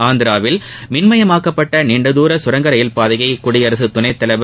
ஆந்திராவில் மின்மயமாக்கப்பட்ட நீண்டதூர கரங்க ரயில் பாதையை குடியரசுத் துணை தலைவர்